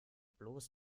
bloß